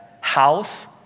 House